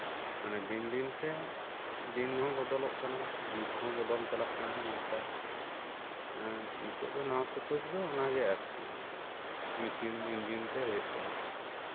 ᱢᱟᱱᱮ ᱫᱤᱱ ᱫᱤᱱᱛᱮ ᱫᱤᱱᱦᱚᱸ ᱵᱚᱫᱚᱞᱚᱜ ᱠᱟᱱᱟ ᱡᱩᱜᱽ ᱦᱚᱸ ᱵᱚᱫᱚᱞ ᱪᱟᱞᱟᱜ ᱠᱟᱱᱟ ᱚᱱᱠᱟ ᱱᱤᱛᱚᱜ ᱫᱚ ᱱᱚᱣᱟ ᱯᱚᱫᱽᱫᱷᱚᱛᱤ ᱫᱚ ᱚᱱᱟᱜᱮ ᱟᱨᱠᱤ ᱢᱮᱥᱤᱱ ᱤᱧᱡᱤᱱ ᱛᱮ ᱦᱳᱭᱳᱜ ᱠᱟᱱᱟ